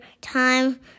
time